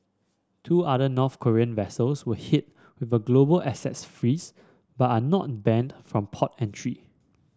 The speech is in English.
two other North Korean vessels were hit with a global assets freeze but are not banned from port entry